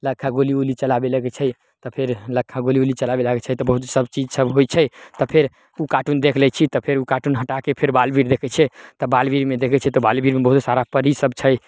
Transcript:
लक्खा गोली उली चलाबे लगै छै तऽ फेर लक्खा गोली उली चलाबे लगै छै तब बहुत सब चीज सब होइ छै तऽ फेर ओ काटुन देख लै छियै तऽ फेर ओ काटुन हटाके फेर बालबीर देखै छियै तऽ बालबीरमे देखै छियै तऽ बालबीरमे बहुते सारा परी सब छै